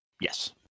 Yes